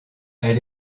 elle